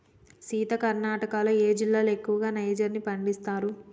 సీత కర్ణాటకలో ఏ జిల్లాలో ఎక్కువగా నైజర్ ని పండిస్తారు